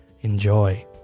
Enjoy